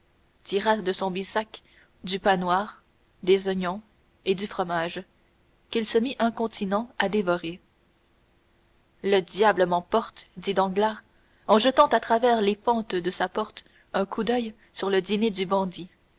tira de son bissac du pain noir des oignons et du fromage qu'il se mit incontinent à dévorer le diable m'emporte dit danglars en jetant à travers les fentes de sa porte un coup d'oeil sur le dîner du bandit